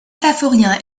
symphorien